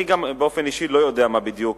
גם אני באופן אישי לא יודע מה בדיוק